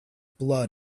blood